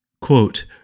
Quote